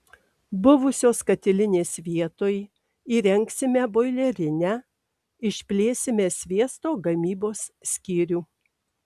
buvusios katilinės vietoj įrengsime boilerinę išplėsime sviesto gamybos skyrių